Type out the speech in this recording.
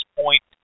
point